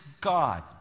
God